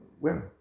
women